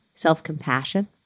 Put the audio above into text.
Self-compassion